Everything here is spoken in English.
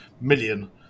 million